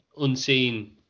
unseen